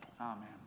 Amen